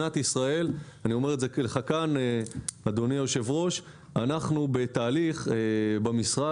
אני אומר לך אדוני היושב ראש שאנחנו במשרד בתהליך ורוצים